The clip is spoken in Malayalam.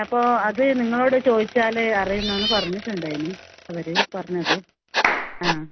അപ്പോൾ അത് നിങ്ങളോട് ചോദിച്ചാൽ അറിയും എന്നാണ് പറഞ്ഞിട്ടുണ്ടായിന് അവർ പറഞ്ഞത് ആ